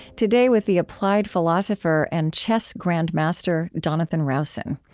today with the applied philosopher and chess grandmaster jonathan rowson.